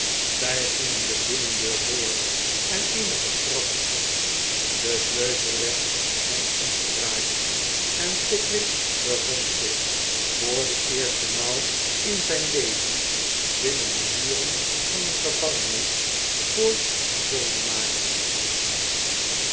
zij gingen de binnendeur door en eenige trappen af de sleutel werd achter hem omgedraaid en pickwick bevond zich voor de eerste maal in zijn leven binnen de muren van een gevangenis voor schuldenaars